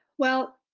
well,